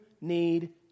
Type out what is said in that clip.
need